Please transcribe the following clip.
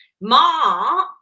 Ma